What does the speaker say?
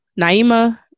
Naima